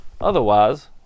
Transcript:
otherwise